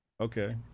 Okay